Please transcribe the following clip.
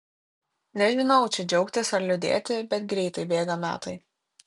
nežinau čia džiaugtis ar liūdėti bet greitai bėga metai